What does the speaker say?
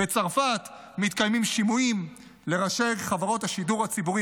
בצרפת מתקיימים שימועים לראשי חברות השידור הציבורי